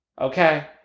Okay